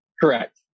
Correct